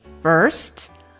First